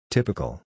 Typical